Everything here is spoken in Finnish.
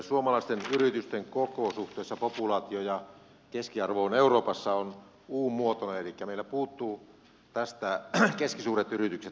suomalaisten yritysten koko suhteessa populaatioon ja keskiarvoon euroopassa on un muotoinen elikkä meillä puuttuu tästä keskisuuret yritykset